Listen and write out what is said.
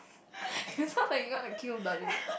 it sounds like you wanna kill